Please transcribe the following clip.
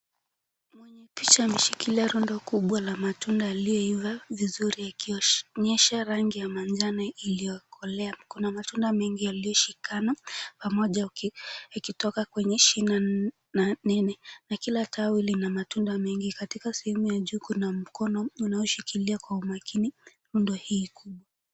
Mwenye picha ameshikilia rundo kubwa la matunda yaliyoiva vizuri ikionyesha rangi ya manjano iliyokolea. Kuna matunda mengi yaliyoshikana pamoja ikitoka kwenye shina nene na kila tawi lina matunda mengi. Katika sehemu ya juu kuna mkono unaoshikilia kwa umakini rundo hii.